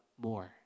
more